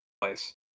place